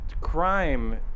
crime